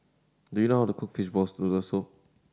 do you know how to cook fishball noodle soup